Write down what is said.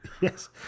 Yes